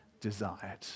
desired